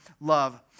love